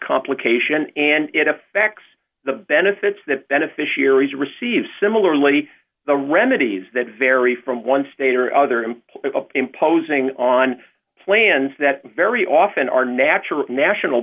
complication and it affects the benefits that beneficiaries receive similarly the remedies that vary from one state or other him a pimp posing on plans that very often are natural national